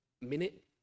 minute